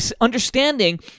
understanding